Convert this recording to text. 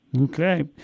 okay